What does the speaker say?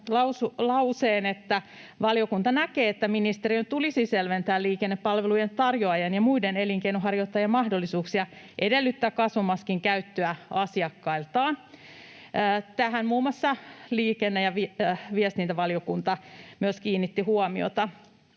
lauseen, että valiokunta näkee, että ministeriön tulisi selventää liikennepalvelujen tarjoajien ja muiden elinkeinonharjoittajien mahdollisuuksia edellyttää kasvomaskin käyttöä asiakkailtaan. Tähän muun muassa myös liikenne- ja viestintävaliokunta kiinnitti huomiota.